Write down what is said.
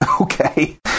okay